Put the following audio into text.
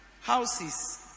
houses